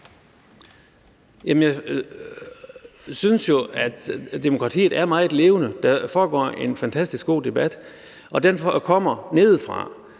Jeg synes jo, at demokratiet er meget levende. Der foregår en fantastisk god debat, og den kommer nedefra.